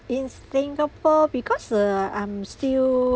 in singapore because uh I'm still